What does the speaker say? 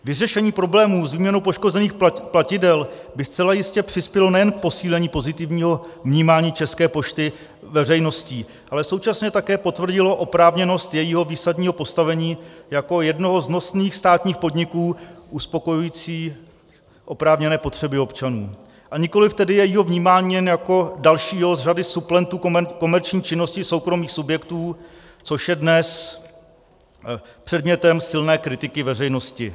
Vyřešení problémů s výměnou poškozených platidel by zcela jistě přispělo nejen k posílení pozitivního vnímání České pošty veřejností, ale současně také potvrdilo oprávněnost jejího výsadního postavení jako jednoho z nosných státních podniků uspokojujících oprávněné potřeby občanů, a nikoliv tedy jejího vnímání jen jako dalšího z řady suplentů komerční činnosti soukromých subjektů, což je dnes předmětem silné kritiky veřejnosti.